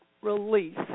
release